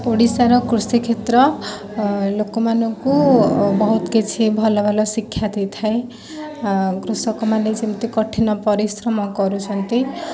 ଓଡ଼ିଶାର କୃଷିକ୍ଷେତ୍ର ଲୋକମାନଙ୍କୁ ବହୁତ କିଛି ଭଲ ଭଲ ଶିକ୍ଷା ଦେଇଥାଏ କୃଷକ ମାନେ ଯେମିତି କଠିନ ପରିଶ୍ରମ କରୁଛନ୍ତି